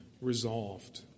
resolved